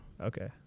Okay